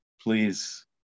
please